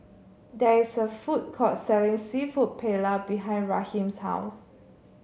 there is a food court selling seafood Paella behind Raheem's house